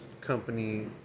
company